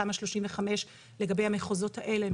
תמ"א 35 לגבי המחוזות האלה.